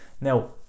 Now